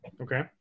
Okay